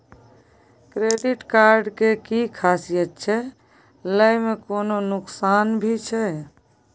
Credit card के कि खासियत छै, लय में कोनो नुकसान भी छै?